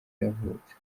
yavutse